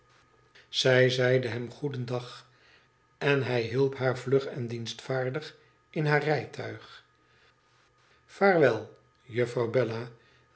zij zeide hem goedendag en hij hielp haar vlug en dienstvaardig in haar rijtuig vaarwel jufirouw bella